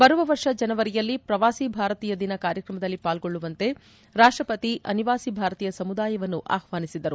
ಬರುವ ವರ್ಷ ಜನವರಿಯಲ್ಲಿ ಪ್ರವಾಸಿ ಭಾರತೀಯ ದಿನ ಕಾರ್ಯಕ್ರಮದಲ್ಲಿ ಪಾಲ್ಗೊಳ್ಳುವಂತೆ ರಾಷ್ಟ ಪತಿ ಅನಿವಾಸಿ ಭಾರತೀಯ ಸಮುದಾಯವನ್ನು ಆಹ್ವಾನಿಸಿದರು